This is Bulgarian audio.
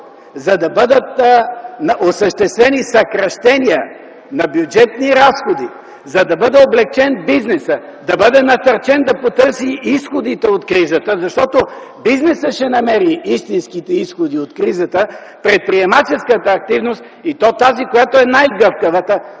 за да бъдат осъществени съкращения на бюджетни разходи, за да бъде облекчен бизнесът, да бъде насърчен да потърси изходите от кризата, защото той ще намери истинските изходи от кризата, предприемаческата активност и то тази, която е най-гъвкавата